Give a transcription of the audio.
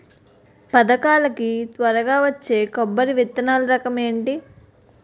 పథకాల కి త్వరగా వచ్చే కొబ్బరి విత్తనాలు రకం ఏంటి?